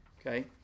okay